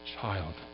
child